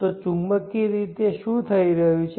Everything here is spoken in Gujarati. તો ચુંબકીય રીતે શું થઈ રહ્યું છે